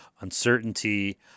uncertainty